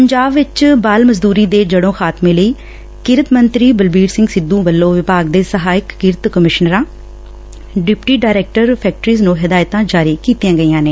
ਪੰਜਾਬ ਵਿਚ ਬਾਲ ਮਜਦੁਰੀ ਦੇ ਜੜੋਂ ਖਾਤਮੇ ਲਈ ਕਿਰਤ ਮੰਤਰੀ ਬਲਬੀਰ ਸਿੰਘ ਸਿੱਧੁ ਨੇ ਵਿਭਾਗ ਦੇ ਸਹਾਇਕ ਕਿਰਤ ਕਮਿਸ਼ਨਰਾਂ ਡਿਪਟੀ ਡਾਇਰੈਕਟਰ ਫੈਕਟਰੀਜ਼ ਨੂੰ ਹਦਾਇਤਾਂ ਜਾਰੀਆਂ ਕੀਤੀਆਂ ਗਈਆਂ ਨੇ